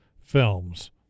films